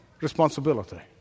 responsibility